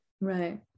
right